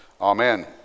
Amen